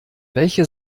welche